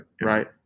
Right